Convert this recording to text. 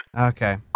Okay